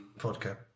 vodka